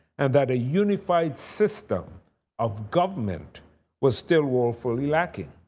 and that a unified system of government was still woefully lacking.